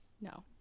No